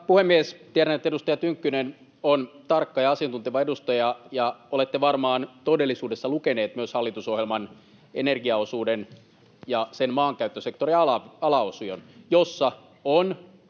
puhemies! Tiedän, että edustaja Tynkkynen on tarkka ja asiantunteva edustaja, ja olette varmaan todellisuudessa lukenut hallitusohjelman energiaosuuden ja sen maankäyttösektorin alaosion, jossa on